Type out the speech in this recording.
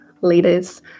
leaders